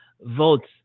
votes